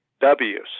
W's